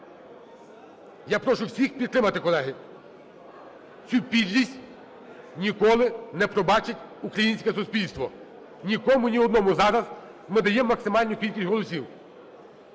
я хочу всіх підтримати, колеги. Цю підлість ніколи не пробачить українське суспільство. Нікому, ні одному зараз! Ми даємо максимальну кількість голосів.